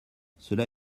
cela